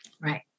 Right